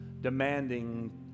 demanding